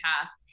past